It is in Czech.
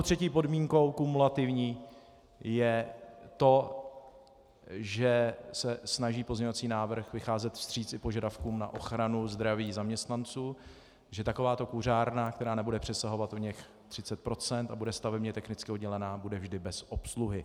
Třetí podmínkou, kumulativní, je to, že se snaží pozměňovací návrh vycházet vstříc i požadavkům na ochranu zdraví zaměstnanců, že takováto kuřárna, která nebude přesahovat oněch 30 % a bude stavebně technicky oddělena, bude vždy bez obsluhy.